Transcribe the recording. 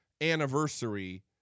anniversary